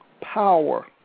power